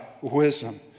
wisdom